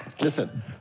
Listen